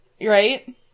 Right